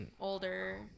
Older